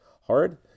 hard